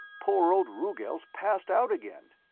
poor old rugel's passed out again.